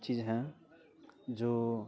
चीज़ हैं जो